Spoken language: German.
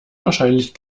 wahrscheinlich